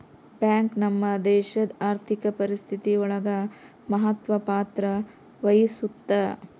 bank ನಮ್ ದೇಶಡ್ ಆರ್ಥಿಕ ಪರಿಸ್ಥಿತಿ ಒಳಗ ಮಹತ್ವ ಪತ್ರ ವಹಿಸುತ್ತಾ